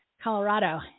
Colorado